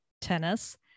tennis